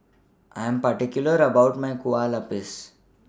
I Am particular about My Kueh Lapis